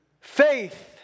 Faith